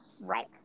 Right